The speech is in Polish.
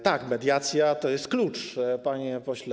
Tak, mediacja to jest klucz, panie pośle.